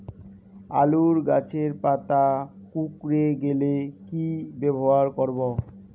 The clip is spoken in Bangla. আলুর গাছের পাতা কুকরে গেলে কি ব্যবহার করব?